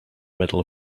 medal